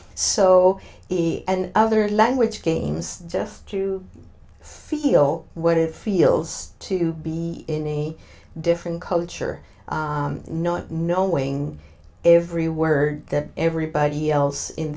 so he and other language games just to feel what it feels to be any different culture not knowing every word that everybody else in